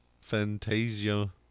Fantasia